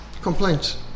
Complaints